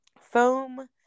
foam